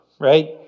right